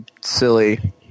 silly